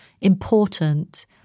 important